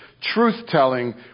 truth-telling